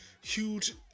huge